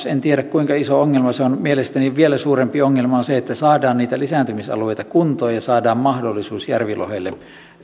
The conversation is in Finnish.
en tiedä kuinka iso ongelma salakalastus on mielestäni vielä suurempi ongelma on siinä että saadaan niitä lisääntymisalueita kuntoon ja saadaan mahdollisuus järvilohelle